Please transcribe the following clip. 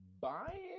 Bye